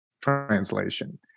translation